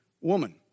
woman